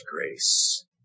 grace